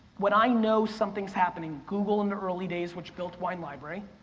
when i know somethings happening, google in their early days, which built wine library.